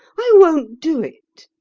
i won't do it!